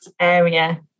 area